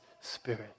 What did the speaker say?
spirit